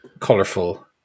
colorful